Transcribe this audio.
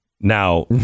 now